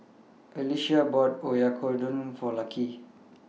Alysia bought Oyakodon For Lucky